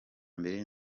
mbere